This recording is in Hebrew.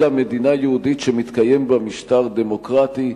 אלא מדינה יהודית שמתקיים בה משטר דמוקרטי.